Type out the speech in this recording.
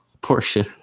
portion